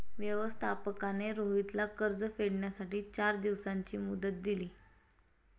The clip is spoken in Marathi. व्यवस्थापकाने रोहितला कर्ज फेडण्यासाठी चार दिवसांची मुदत दिली